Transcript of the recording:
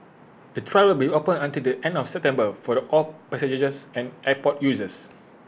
the trail will be open until the end of September for all passengers and airport users